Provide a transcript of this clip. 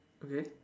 okay